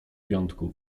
piątku